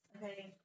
okay